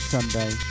Sunday